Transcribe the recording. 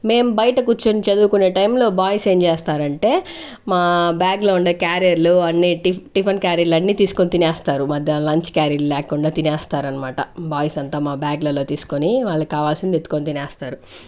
మేమ్ బయట కూర్చుని చదువుకునే టైం లో బాయ్స్ ఏం చేస్తారంటే మా బ్యాగ్ లో ఉండే క్యారియర్లు అన్ని టి టిఫన్ క్యారియర్లు అన్ని తీసుకొని తినేస్తారు మధ్యాహ్నం లంచ్ క్యారియర్లు లేకుండా తినేస్తారన్మాట బాయ్స్ అంతా మా బ్యాగ్లల్లో తీసుకొని వాళ్ళకావాల్సింది ఎత్తుకొని తినేస్తారు